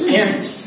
parents